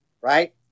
right